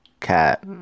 cat